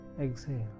exhale